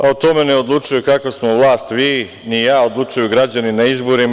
O tome ne odlučuje kakva smo vlast vi ni ja, odlučuju građani na izborima.